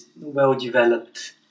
well-developed